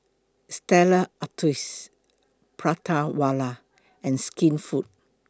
Stella Artois Prata Wala and Skinfood